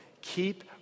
Keep